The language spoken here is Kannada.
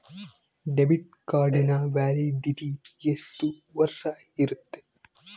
ಡೆಬಿಟ್ ಕಾರ್ಡಿನ ವ್ಯಾಲಿಡಿಟಿ ಎಷ್ಟು ವರ್ಷ ಇರುತ್ತೆ?